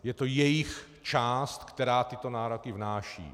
Je to jejich část, která tyto nároky vznáší.